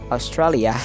Australia